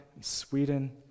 Sweden